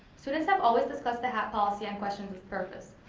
students have always discussed the hat policy and questioned its purpose.